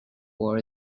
war